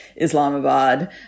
Islamabad